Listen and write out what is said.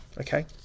okay